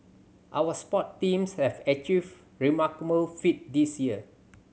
our sports teams have achieved remarkable feat this year